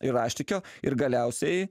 ir raštikio ir galiausiai